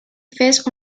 fes